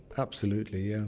absolutely, yeah